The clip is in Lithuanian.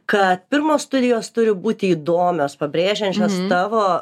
kad pirmos studijos turi būti įdomios pabrėžiančios tavo